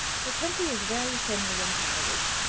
the country is very thinly inhabited.